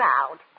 out